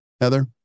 Heather